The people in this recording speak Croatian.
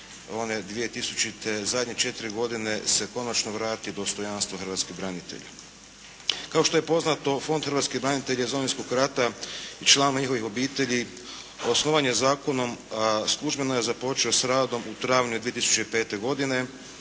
one 2000. zadnje četiri godine se konačno vrati dostojanstvo hrvatskih branitelja. Kao što je poznato Fond hrvatskih branitelja iz Domovinskog rata i članova njihovih obitelji osnovan je zakon. Službeno je započeo s radom u travnju 2005. godine